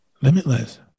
Limitless